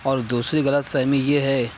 اور دوسری غلط فہمی یہ ہے